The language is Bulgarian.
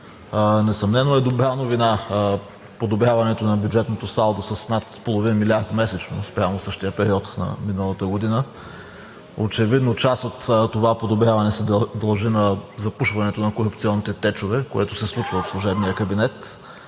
Несъмнено е добра новина подобряването на бюджетното салдо с над половин милиард месечно спрямо същия период на миналата година. Очевидно част от това подобряване се дължи на запушването на корупционните течове, което се случва в служебния кабинет.